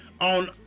on